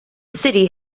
city